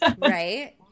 Right